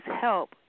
help